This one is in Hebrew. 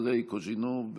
של חבר הכנסת אנדרי קוז'ינוב.